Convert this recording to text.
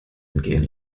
entgehen